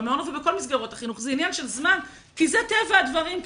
במעונות ובכל מסגרות החינוך זה עניין של זמן כי זה טבע הדברים,